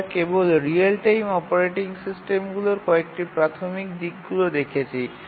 আমরা কেবল real time operating সিস্টেমগুলির কয়েকটি প্রাথমিক দিকগুলি দেখেছি